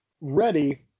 ready